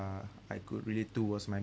uh I could relate to was my